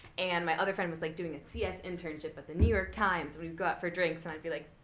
and my other friend was, like, doing a cs internship at the new york times. and we would go out for drinks. and i'd be like,